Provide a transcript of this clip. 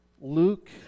Luke